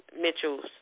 Mitchell's